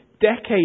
decades